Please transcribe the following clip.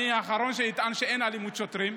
אני האחרון שיטען שאין אלימות שוטרים,